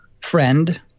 friend